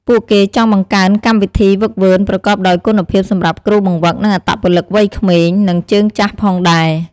ពួកគេចង់បង្កើនកម្មវិធីហ្វឹកហ្វឺនប្រកបដោយគុណភាពសម្រាប់គ្រូបង្វឹក និងអត្តពលិកវ័យក្មេង និងជើងចាស់ផងដែរ។